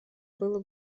было